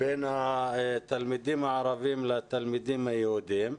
בין התלמידים הערבים לתלמידים היהודים.